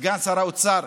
סגן שר האוצר,